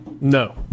No